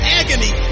agony